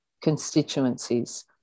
constituencies